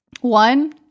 One